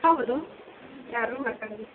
ಹೌದು ಯಾರು ಮಾತಾಡೋದು